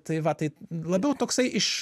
tai va tai labiau toksai iš